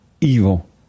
evil